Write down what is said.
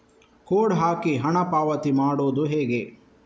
Code ಹಾಕಿ ಹಣ ಪಾವತಿ ಮಾಡೋದು ಹೇಗೆ?